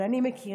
אז אני מכירה,